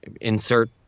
insert